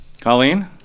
Colleen